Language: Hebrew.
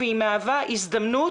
והיא מהווה הזדמנות,